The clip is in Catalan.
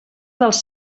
dels